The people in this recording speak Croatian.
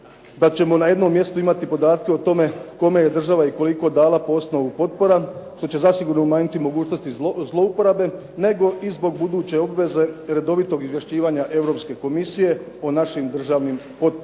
da ćemo na jednom mjestu imati podatke o tome kome je država i koliko dala po osnovu potpora, što će zasigurno umanjiti mogućnosti zlouporabe, nego i zbog buduće obveze redovitog izvješćivanja Europske komisije o našim državnim potporama.